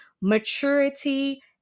maturity